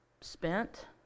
spent